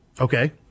Okay